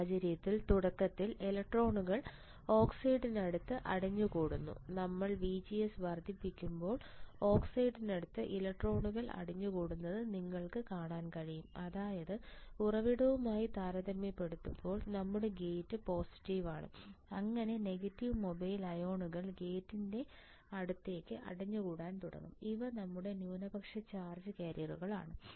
ഈ സാഹചര്യത്തിൽ തുടക്കത്തിൽ ഇലക്ട്രോണുകൾ ഓക്സൈഡിനടുത്ത് അടിഞ്ഞു കൂടുന്നു നമ്മുടെ VGS വർദ്ധിക്കുമ്പോൾ ഓക്സൈഡിനടുത്ത് ഇലക്ട്രോണുകൾ അടിഞ്ഞുകൂടുന്നത് നിങ്ങൾക്ക് കാണാൻ കഴിയും അതായത് ഉറവിടവുമായി താരതമ്യപ്പെടുത്തുമ്പോൾ നമ്മുടെ ഗേറ്റ് പോസിറ്റീവ് ആണ് അങ്ങനെ നെഗറ്റീവ് മൊബൈൽ അയോണുകൾ ഗേറ്റിലേക്ക് അടിഞ്ഞു കൂടാൻ തുടങ്ങും ഇവ നമ്മുടെ ന്യൂനപക്ഷ ചാർജ് കാരിയറുകളാണ്